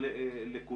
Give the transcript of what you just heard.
אבל גם לכולם.